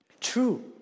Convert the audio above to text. True